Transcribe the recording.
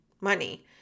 money